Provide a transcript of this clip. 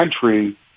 country